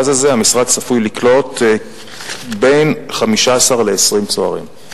אז הבקשה היא משנת 1998 1999 נדמה לי,